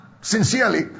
sincerely